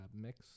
mix